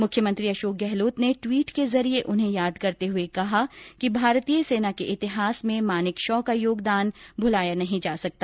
मुख्यमंत्री अशोक गहलोत ने टवीट के जरिये उन्हें याद करते हुए कहा कि भारतीय सेना के इतिहास में मानेकशॉ का योगदान भूलाया नहीं जा सकता